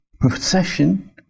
procession